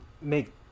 make